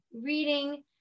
reading